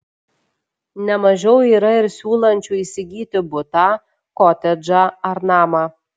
ne mažiau yra ir siūlančių įsigyti butą kotedžą ar namą